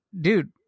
dude